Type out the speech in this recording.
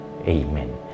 Amen